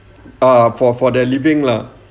ah for for their living lah